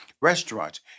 restaurants